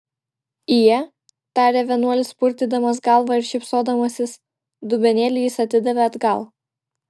ije tarė vienuolis purtydamas galva ir šypsodamasis dubenėlį jis atidavė atgal